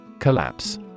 Collapse